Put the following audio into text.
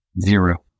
zero